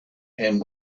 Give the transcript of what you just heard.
and